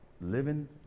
living